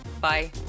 Bye